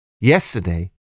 Yesterday